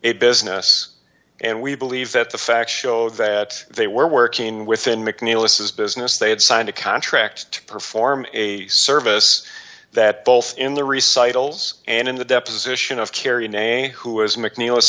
a business and we believe that the facts show that they were working within mcneil this is business they had signed a contract to perform a service that both in the recycles and in the deposition of kerry nay who is mcneil